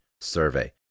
survey